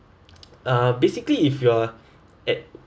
uh basically if you are at